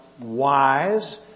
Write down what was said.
wise